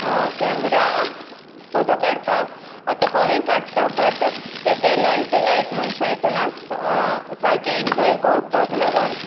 camera photo काडपाक आतां कोणूय काडटा बट तें टॅलंट लायक मनशा इतून आसपा सारकें एंगल कळपाक लागून